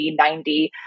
90